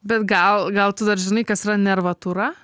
bet gal gal tu dar žinai kas yra nervatūra